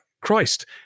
christ